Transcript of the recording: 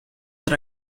that